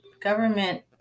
government